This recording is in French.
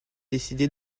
décidé